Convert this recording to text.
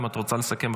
אם את רוצה לסכם,